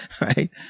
Right